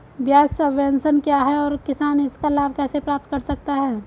ब्याज सबवेंशन क्या है और किसान इसका लाभ कैसे प्राप्त कर सकता है?